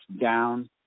down